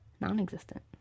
non-existent